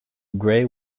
gray